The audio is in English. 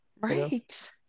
right